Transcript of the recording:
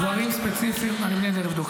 דברים ספציפיים אני אראה ואני אבדוק.